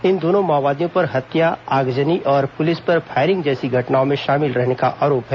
इन दोनों माओवादियों पर हत्या आगजनी और पुलिस पर फायरिंग जैसी घटनाओं में शामिल रहने का आरोप है